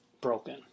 Broken